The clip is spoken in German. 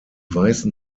weißen